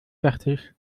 fertig